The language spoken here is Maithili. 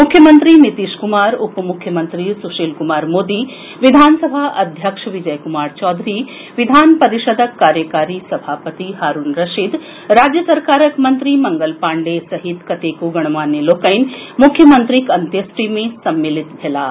मुख्यमंत्री नीतीश कुमार उपमुख्यमंत्री सुशील कुमार मोदी विधानसभा अध्यक्ष विजय कुमार चौधरी विधान परिषदक कार्यकारी सभापति हारूण रशीद राज्य सरकारक मंत्री मंगल पांडेय सहित कतेको गणमान्य लोकनि मुख्यमंत्रीक अंत्येष्टि मे सम्मिलित मेलाह